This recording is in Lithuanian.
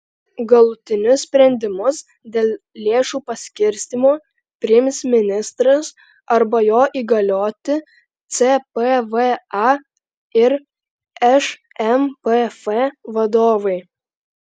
galutinius sprendimus dėl lėšų paskirstymo priims ministras arba jo įgalioti cpva ir šmpf vadovai